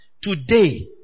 today